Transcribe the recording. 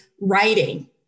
writing